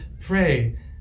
pray